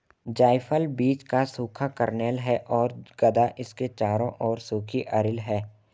जायफल बीज का सूखा कर्नेल है और गदा इसके चारों ओर सूखी अरिल है